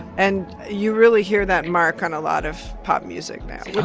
and you really hear that mark on a lot of pop music now oh,